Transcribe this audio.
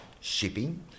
shipping